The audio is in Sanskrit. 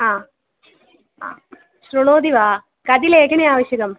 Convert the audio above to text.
हा हा शृणोति वा कति लेखनी आवश्यकी